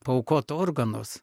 paaukot organus